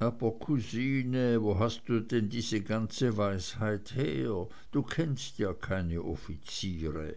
wo hast du denn diese ganze weisheit her du kennst ja keine offiziere